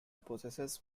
possesses